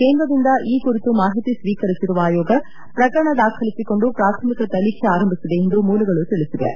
ಕೇಂದ್ರದಿಂದ ಈ ಕುರಿತು ಮಾಹಿತಿ ಸ್ವೀಕರಿಸಿರುವ ಆಯೋಗ ಪ್ರಕರಣ ದಾಖಲಿಸಿಕೊಂಡು ಪ್ರಾಥಮಿಕ ತನಿಖೆ ಆರಂಭಿಸಿದೆ ಎಂದು ಮೂಲಗಳು ತಿಳಿಸಿವೆ